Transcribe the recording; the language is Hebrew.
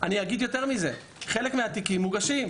אני אגיד יותר מזה חלק מהתיקים מוגשים.